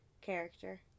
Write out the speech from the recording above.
character